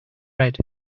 red